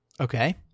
okay